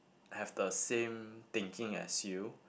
have the same thinking as you